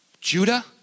Judah